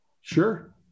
Sure